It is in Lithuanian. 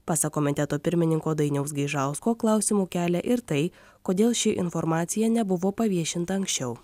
pasak komiteto pirmininko dainiaus gaižausko klausimų kelia ir tai kodėl ši informacija nebuvo paviešinta anksčiau